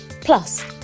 Plus